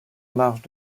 marge